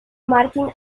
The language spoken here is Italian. martin